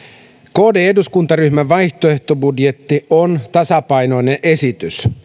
kd eduskuntaryhmän vaihtoehtobudjetti on tasapainoinen esitys